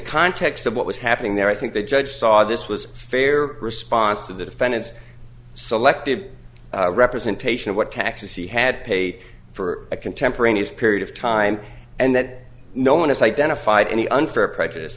context of what was happening there i think the judge saw this was fair response to the defendant's selective representation of what taxes he had paid for a contemporaneous period of time and that no one has identified any unfair prejudice